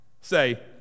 say